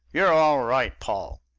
you're all right, paul!